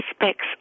aspects